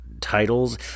titles